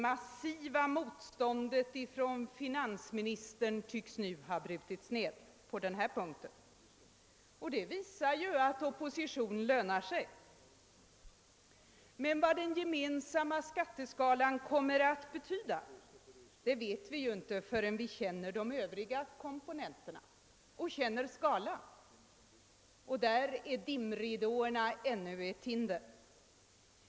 Finansministerns massiva motstånd tycks nu ha brutits ned på den punkten, och det visar att opposition lönar sig. Men vad den gemensamma skatteskalan kommer att betyda vet vi inte förrän vi känner de övriga komponenterna och känner skalan, och därvidlag är dimridåerna ännu ett hinder.